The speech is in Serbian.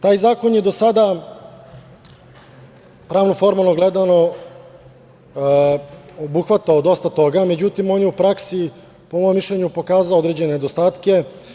Taj zakon je do sada pravno-formalno gledano, obuhvatao dosta toga, međutim, on je u praksi, po mom mišljenju pokazao određene nedostatke.